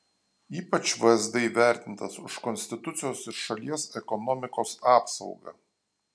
ypač vsd įvertintas už konstitucijos ir šalies ekonomikos apsaugą